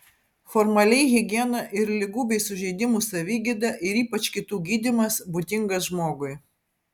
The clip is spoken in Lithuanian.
formaliai higiena ir ligų bei sužeidimų savigyda ir ypač kitų gydymas būdingas žmogui